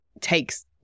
takes